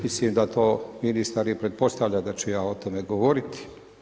Mislim da to i ministar pretpostavlja da ću o tome govoriti.